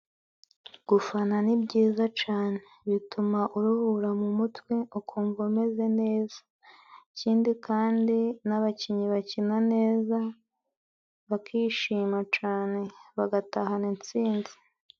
Gufana ni byiza cane bituma uruhura mu mutwe ukumva umeze neza. ikindi kandi n'abakinnyi bakina neza bakishima cane bagatahana intsinzi.